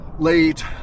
late